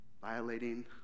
Violating